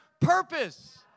purpose